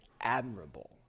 admirable